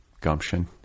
gumption